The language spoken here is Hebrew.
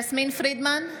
יסמין פרידמן,